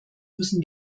müssen